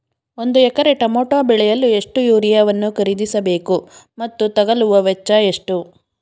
ಒಂದು ಎಕರೆ ಟಮೋಟ ಬೆಳೆಯಲು ಎಷ್ಟು ಯೂರಿಯಾವನ್ನು ಖರೀದಿಸ ಬೇಕು ಮತ್ತು ತಗಲುವ ವೆಚ್ಚ ಎಷ್ಟು?